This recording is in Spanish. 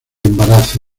embarazo